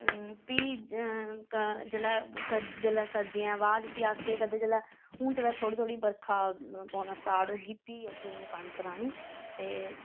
फ्ही जेल्लै सर जेल्लै सर्दियां बाद फ्ही अस केह् करदे जेल्लै हून जोल्लै थोह्ड़ी थोह्ड़ी बरखा पौना स्टार्ट होगी फ्ही असें ओह् कनक राह्नी ते